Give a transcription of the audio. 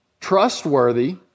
trustworthy